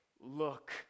look